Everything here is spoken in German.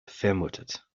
vermutet